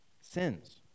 sins